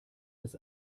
des